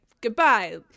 goodbye